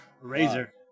Razor